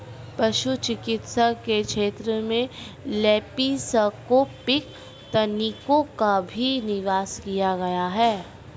पशु चिकित्सा के क्षेत्र में लैप्रोस्कोपिक तकनीकों का भी विकास किया गया है